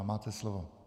Máte slovo.